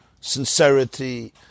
sincerity